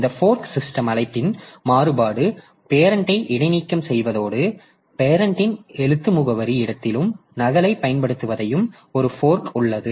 இந்த fork system அழைப்பின் மாறுபாடு பேரன்ட்ஐ இடைநீக்கம் செய்வதோடு பேரன்ட்ன் எழுத்து முகவரி இடத்தில் நகலைப் பயன்படுத்துவதையும் ஒரு ஃபோர்க் உள்ளது